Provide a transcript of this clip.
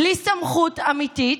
בלי סמכות אמיתית,